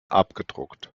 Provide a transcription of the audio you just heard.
abgedruckt